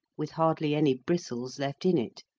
with hardly any bristles left in it,